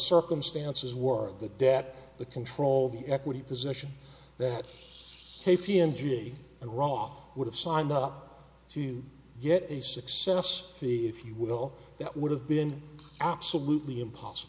circumstances were the debt the control the equity position that hey p m g and roth would have signed up to get a success see if you will that would have been absolutely impossible